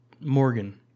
Morgan